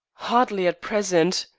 hardly at present.